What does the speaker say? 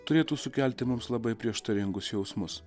turėtų sukelti mums labai prieštaringus jausmus